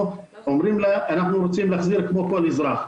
ואומרים לה שאנחנו רוצים להחזיר כמו כל אזרח.